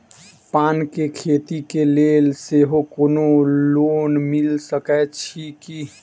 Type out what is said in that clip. पान केँ खेती केँ लेल सेहो कोनो लोन मिल सकै छी की?